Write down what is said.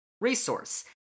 resource